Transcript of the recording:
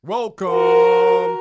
Welcome